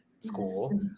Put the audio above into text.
school